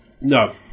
No